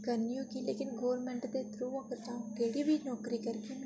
करनी होगी लेकिन गौरमैंट दे थ्रू अ'ऊं अगर च अ'ऊं केह्ड़ी बी नौकरी करगी